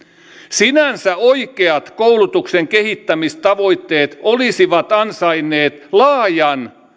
sinänsä oikeat koulutuksen kehittämistavoitteet olisivat ansainneet laajan